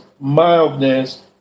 mildness